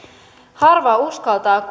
harva uskaltaa